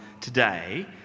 today